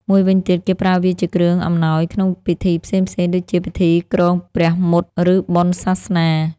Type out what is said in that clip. មួយវិញទៀត គេប្រើវាជាគ្រឿងអំណោយក្នុងពិធីផ្សេងៗ ដូចជា ពិធីគ្រងព្រះមុត្រ ឬបុណ្យសាសនា។